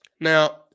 Now